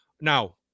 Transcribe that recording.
Now